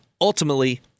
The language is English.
ultimately